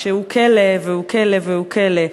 שהוא כלא והוא כלא והוא כלא,